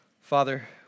Father